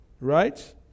right